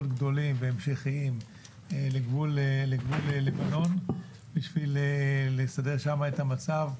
גדולים והמשכיים לגבול לבנון בשביל לסדר שם את המצב,